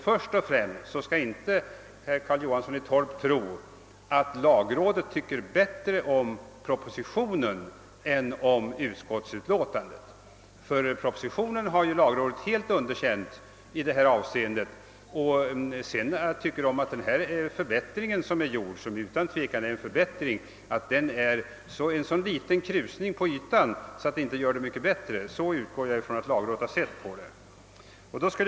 Först och främst skall inte herr Johansson i Torp tro att lagrådet tycker bättre om propositionen än om utskottets förslag, ty lagrådet har ju helt underkänt propositionen i detta avseende. Den förbättring som vidtagits — och det är utan tvivel en förbättring är cen så liten krusning på ytan att den inte spelar stor roll. Jag utgår från att lagrådet har sett saken på det sättet.